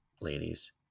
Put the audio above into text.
ladies